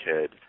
kid